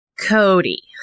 Cody